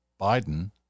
Biden